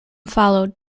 followed